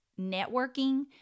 Networking